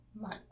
month